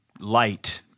light